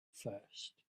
first